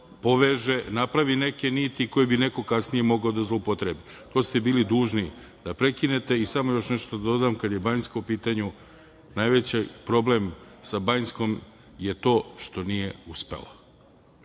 napravi neke niti koje bi neko kasnije mogao da zloupotrebi. To ste bili dužni da prekinete. Samo još nešto da dodam kada je Banjska u pitanju, najveći problem sa Banjskom je to što nije uspelo.